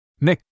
Nick